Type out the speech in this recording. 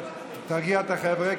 תרגיע את החבר'ה,